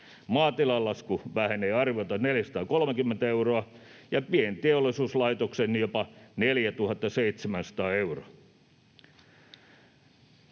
Maatilan lasku vähenee arviolta 430 euroa ja pienteollisuuslaitoksen jopa 4 700 euroa.